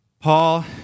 Paul